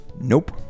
Nope